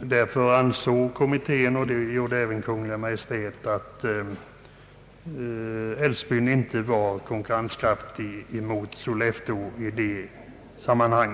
Därför ansåg kommittén och även Kungl. Maj:t att Älvsbyn inte var konkurrenskraftigt gentemot Sollefteå i detta sammanhang.